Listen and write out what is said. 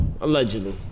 Allegedly